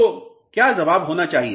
तो क्या जवाब होना चाहिए